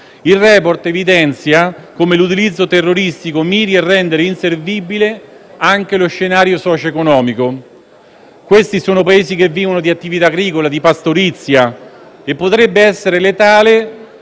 Il *report* evidenzia come l'utilizzo terroristico miri a rendere inservibile anche lo scenario socio-economico. Questi sono Paesi che vivono di attività agricola, di pastorizia e per questi